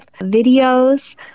videos